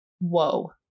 Whoa